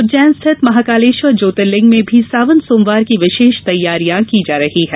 उज्जैन स्थित महाकालेश्वर ज्योतिर्लिंग में भी सावन सोमवार की विशेष तैयारियां की जा रही हैं